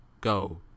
Go